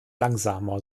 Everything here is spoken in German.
langsamer